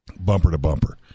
bumper-to-bumper